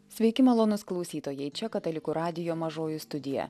sveiki malonūs klausytojai čia katalikų radijo mažoji studija